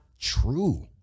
true